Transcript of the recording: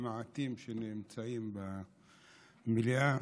המעטים שנמצאים במליאה,